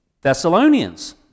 Thessalonians